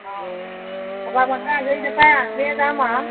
অঁ সকামৰ পৰা আজৰি নেপায় আৰু আমিয়ে যাম আৰু